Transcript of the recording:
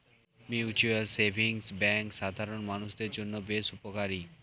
mutual savings bank সাধারণ মানুষদের জন্য বেশ উপকারী